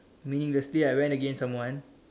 meaning to say I went against someone